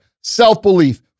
self-belief